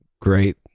great